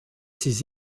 ses